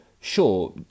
sure